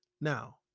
Now